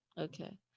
okay